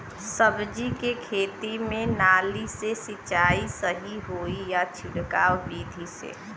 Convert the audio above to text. सब्जी के खेती में नाली से सिचाई सही होई या छिड़काव बिधि से?